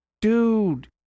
dude